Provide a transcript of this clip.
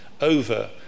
over